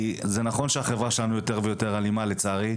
כי זה נכון שהחברה שלנו יותר ויותר אלימה, לצערי.